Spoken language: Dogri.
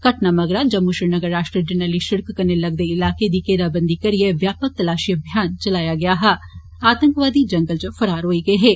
घटना मगरा जम्मू श्रीनगर राष्ट्रीय जरनेली सिड़क कन्ने लगदे इलाके दी घेराबंदी करियै व्यापक तपाशी अभियान चलाया गेआ हा आतंकवादी जंगल च फरार होई गे हे